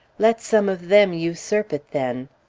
let some of them usurp it, then!